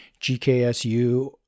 GKSU